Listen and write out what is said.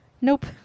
Nope